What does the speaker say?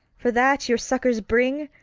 for that your succors bring,